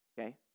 okay